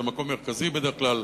במקום מרכזי בדרך כלל,